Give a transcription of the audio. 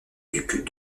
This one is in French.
duc